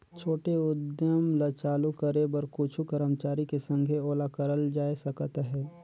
छोटे उद्यम ल चालू करे बर कुछु करमचारी के संघे ओला करल जाए सकत अहे